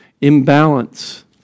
Imbalance